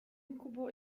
incubo